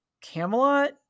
camelot